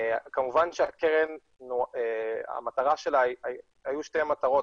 לקרן היו שתי מטרות,